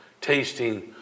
tasting